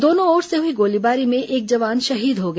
दोनों ओर से हुई गोलीबारी में एक जवान शहीद हो गया